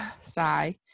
sigh